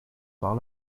par